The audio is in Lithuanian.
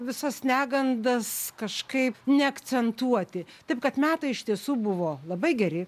visas negandas kažkaip neakcentuoti taip kad metai iš tiesų buvo labai geri